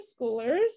schoolers